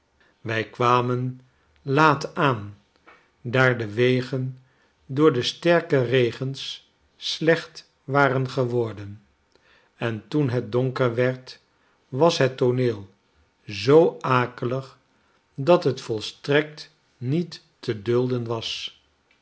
wij kwamen laat aan daar de wegen door de sterke regens slecht waren geworden en toen het donker werd was het tooneel zoo akelig dathetvolstrekt niet te dulden was